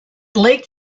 lake